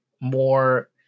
more